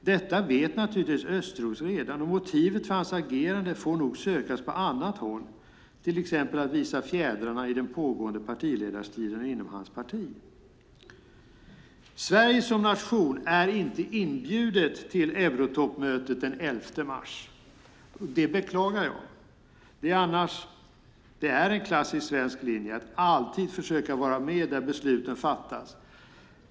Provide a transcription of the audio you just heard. Detta vet naturligtvis Östros redan. Motivet för hans agerande får nog sökas på annat håll, till exempel när det gäller att visa fjädrarna i den pågående partiledarstriden inom hans parti. Sverige som nation är inte inbjudet till eurotoppmötet den 11 mars. Det beklagar jag. Det är en klassisk svensk linje att alltid försöka vara med där beslut fattas